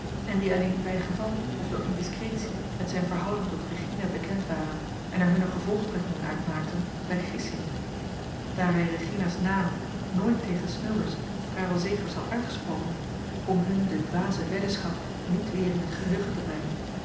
en die alleen bijgeval of door indiscretie met zijne verhouding tot regina bekend waren en er hunne gevolgtrekkingen uit maakten bij gissing daar hij regina's naam nooit tegen smilders of karel zegers had uitgesproken om hun de dwaze weddenschap niet weer in het geheugen te brengen